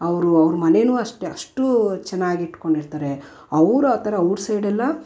ಅವರು ಅವ್ರ ಮನೇಯೂ ಅಷ್ಟೆ ಅಷ್ಟೂ ಚೆನ್ನಾಗಿಟ್ಕೊಂಡಿರ್ತಾರೆ ಅವರು ಆ ಥರ ಔಟ್ಸೈಡೆಲ್ಲಾ